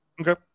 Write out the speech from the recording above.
Okay